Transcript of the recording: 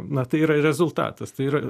na tai yra rezultatas tai yra